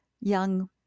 young